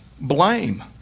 Blame